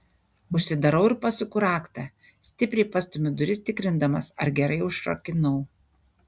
užsidarau ir pasuku raktą stipriai pastumiu duris tikrindamas ar gerai užrakinau